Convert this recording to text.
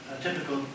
typical